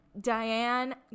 Diane